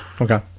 okay